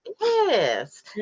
yes